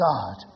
God